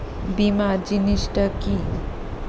বীমা জিনিস টা কি?